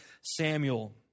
Samuel